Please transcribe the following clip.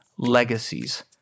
legacies